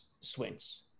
swings